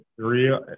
three